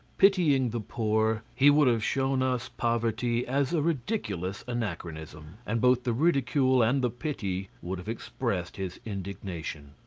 pitying the poor, he would have shown us poverty as a ridiculous anachronism, and both the ridicule and the pity would have expressed his indignation.